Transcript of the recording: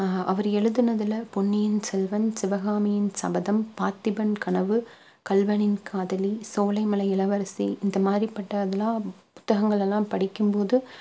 அவர் எழுதுனதில் பொன்னியின் செல்வன் சிவகாமியின் சபதம் பார்த்திபன் கனவு கள்வனின் காதலி சோலைமலை இளவரசி இந்த மாதிரிப்பட்டதுலாம் புத்தகங்களெல்லாம் படிக்கும் போது